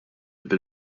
bil